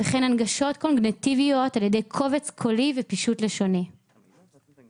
וכן הנגשות קוגניטיביות על ידי קובץ קולי ופישוט לשוני באתר